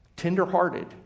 tenderhearted